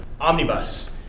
Omnibus